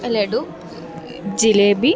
laddu jalebi